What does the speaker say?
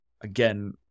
again